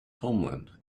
homeland